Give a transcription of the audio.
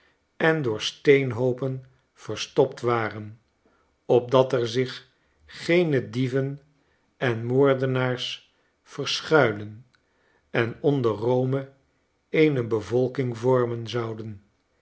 en door steenhoopen verstopt waren opdat er zich geene dieven en moordenaars verschuilen en onder rome eene bevolking vormen zouden